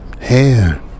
hair